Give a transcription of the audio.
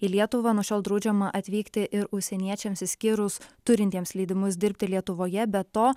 į lietuvą nuo šiol draudžiama atvykti ir užsieniečiams išskyrus turintiems leidimus dirbti lietuvoje be to